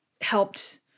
helped –